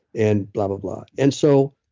and blah, blah, blah. and so,